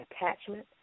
attachment